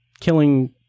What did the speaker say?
killing